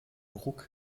ruck